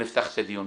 ונפתח את הדיון.